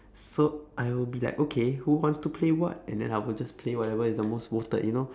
so I will be like okay who want to play what and then I will just play whatever is the most voted you know